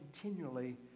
continually